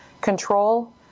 control